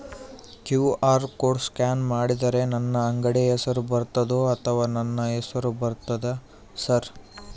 QR code scan ಮಾಡಿದರೆ ನನ್ನ ಅಂಗಡಿ ಹೆಸರು ಬರ್ತದೋ ಅಥವಾ ನನ್ನ ಹೆಸರು ಬರ್ತದ ಸರ್?